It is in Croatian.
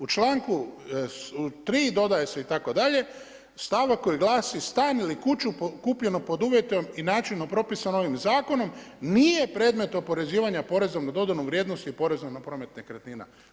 U članku 3. dodaje se itd. stavak koji glasi: „Stan ili kuću kupljenu pod uvjetom i načinom propisanim ovim zakonom nije predmet oporezivanja poreza na dodanu vrijednost i poreza na promet nekretnina.